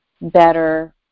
better